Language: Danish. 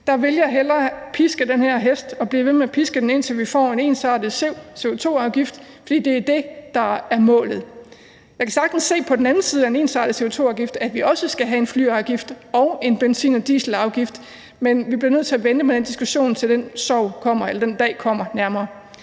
Der vil jeg hellere piske den her hest og blive ved med at piske den, indtil vi får en ensartet CO2-afgift – for det er det, der er målet. Jeg kan sagtens se, at vi på den anden side af en ensartet CO2-afgift også skal have en flyafgift og en benzin- og dieselafgift. Men vi bliver nødt til at vente med den diskussion, til den dag kommer nærmere.